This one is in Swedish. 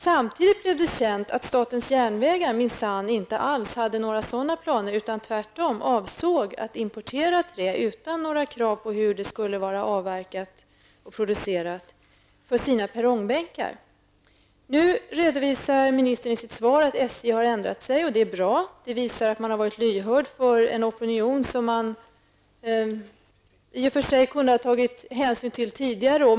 Samtidigt blev det känt att statens järnvägar minsann inte alls hade några sådana planer utan tvärtom avsåg att importera trä för sina perrongbänkar utan några krav på hur det skulle vara avverkat och producerat. Ministern redovisade nu i sitt svar att SJ har ändrat sig, och det är bra. Det visar att man har varit lyhörd för en opinion som man i och för sig borde ha tagit hänsyn till tidigare.